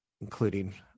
including